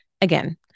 again